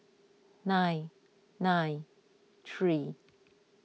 nine nine three